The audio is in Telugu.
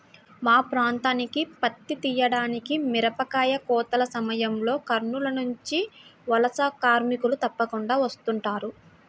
మా ప్రాంతానికి పత్తి తీయడానికి, మిరపకాయ కోతల సమయంలో కర్నూలు నుంచి వలస కార్మికులు తప్పకుండా వస్తుంటారు